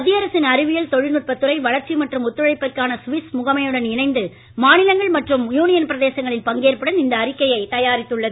மத்திய அரசின் அறிவியல் தொழில்நுட்பத்துறை வளர்ச்சி மற்றும் ஒத்துழைப்பிற்கான சுவிஸ் முகமையுடன் இணைந்து மாநிலங்கள் மற்றும் யூனியன் பிரதேசங்களின் பங்கேற்புடன் இந்த அறிக்கையை தயாரித்துள்ளது